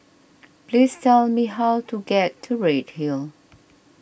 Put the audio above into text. please tell me how to get to Redhill